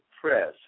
press